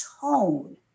tone